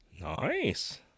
Nice